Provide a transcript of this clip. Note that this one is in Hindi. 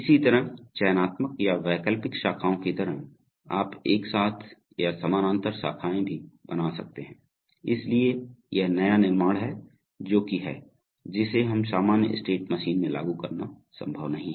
इसी तरह चयनात्मक या वैकल्पिक शाखाओं की तरह आप एक साथ या समानांतर शाखाएं भी बना सकते हैं इसलिए यह नया निर्माण है जो कि है जिसे हम सामान्य स्टेट मशीन में लागू करना संभव नहीं है